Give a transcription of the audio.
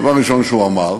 דבר ראשון שהוא אמר